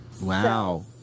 Wow